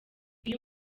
iyo